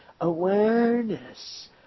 awareness